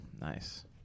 nice